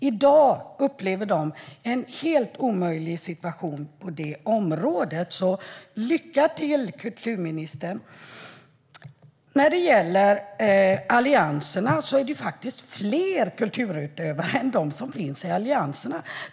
I dag upplever de en helt omöjlig situation på det området. Lycka till, kulturministern! Det finns faktiskt fler kulturutövare än dem som finns i allianserna.